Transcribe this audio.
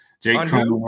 Jake